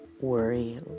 worry